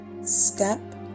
step